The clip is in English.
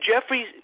Jeffrey